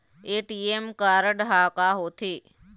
ATM card हा का होते?